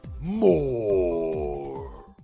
More